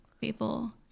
people